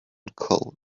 cold